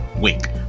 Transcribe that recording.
wink